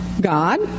God